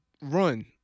run